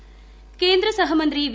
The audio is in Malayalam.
മുരളീധരൻ കേന്ദ്ര സഹമന്ത്രി വി